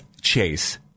Chase